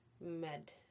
med